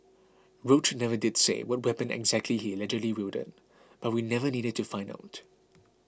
roach never did say what weapon exactly he allegedly wielded but we never needed to find out